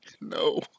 No